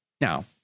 Now